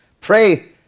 pray